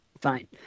Fine